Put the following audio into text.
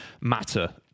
matter